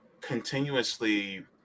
continuously